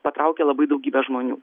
patraukia labai daugybę žmonių